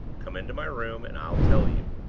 come into my room, and i'll tell you.